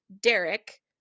Derek